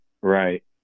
Right